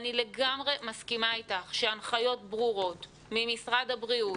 אני לגמרי מסכימה אתך שהנחיות ברורות ממשרד הבריאות